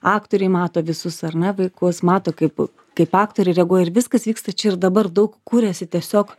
aktoriai mato visus ar ne vaikus mato kaip kaip aktoriai reaguoja ir viskas vyksta čia ir dabar daug kuriasi tiesiog